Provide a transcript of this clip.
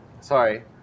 Sorry